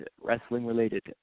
wrestling-related